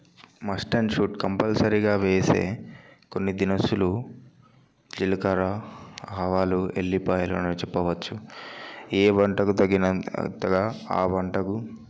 must and should కంపల్సరీగా వేసే కొన్ని దినుసులు జీలకర్ర ఆవాలు ఎల్లిపాయలు అని చెప్పవచ్చు ఏ వంటకు తగినంతగా ఆ వంటకు